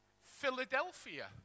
Philadelphia